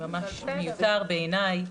זה ממש מיותר בעיני.